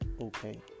Okay